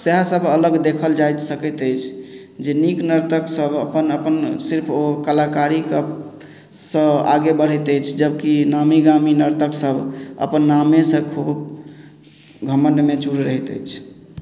सएह सब अलग देखल जाइत सकैत अछि जे नीक नर्तक सब अपन अपन सिर्फ ओ कलाकारी कऽ सँ आगे बढ़ैत अछि जबकि नामीगामी नर्तक सब अपन नामे सऽ खूब घमण्ड मे जुड़ि रहैत अछि